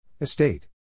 Estate